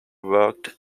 worked